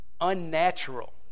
unnatural